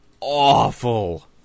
awful